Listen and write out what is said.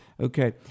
Okay